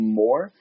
more